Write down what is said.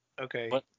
Okay